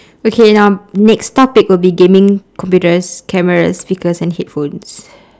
okay now next topic will be gaming computers cameras speakers and headphones